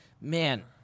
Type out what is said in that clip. man